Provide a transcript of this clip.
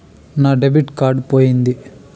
నా debit card పోయింది